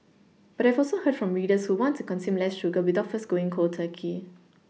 but I have also heard from readers who want to consume less sugar without first going cold Turkey